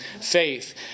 faith